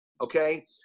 Okay